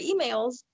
emails